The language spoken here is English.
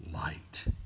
light